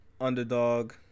underdog